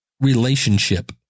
relationship